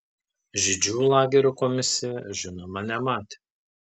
žydžių lagerio komisija žinoma nematė